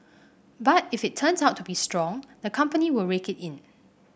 but if it turns out to be strong the company will rake it in